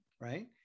Right